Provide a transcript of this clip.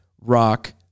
rock